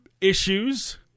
issues